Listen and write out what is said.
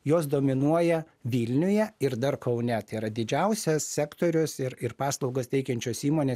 jos dominuoja vilniuje ir dar kaune tai yra didžiausias sektorius ir ir paslaugas teikiančios įmonės